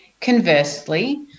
Conversely